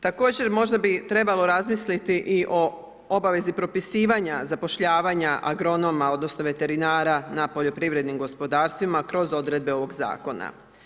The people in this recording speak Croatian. Također, možda bi trebalo razmisliti i o obavezi propisivanja zapošljavanja agronoma, odnosno veterinara na poljoprivrednim gospodarstvima kroz odredbe ovog zakona.